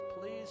please